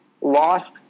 Lost